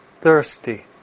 thirsty